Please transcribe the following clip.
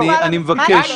לא.